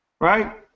right